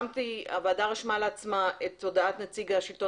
הוועדה רשמה לעצמה את הודעת נציג השלטון